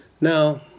Now